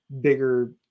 bigger